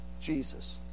Jesus